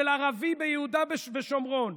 של ערבי ביהודה ושומרון.